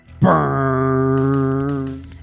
Burn